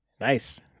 Nice